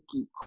keep